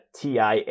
TIA